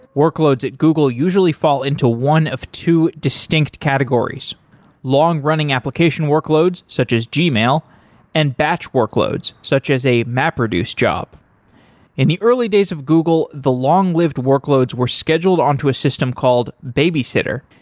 workloads at google usually fall into one of two distinct categories long-running application workloads such as gmail and batch workloads, such as a mapreduce job in the early days of google, the long-lived workloads were scheduled onto a system called babysitter.